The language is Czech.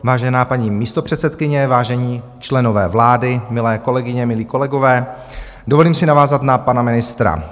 Vážená paní místopředsedkyně, vážení členové vlády, milé kolegyně, milí kolegové, dovolím si navázat na pana ministra.